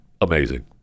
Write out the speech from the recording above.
amazing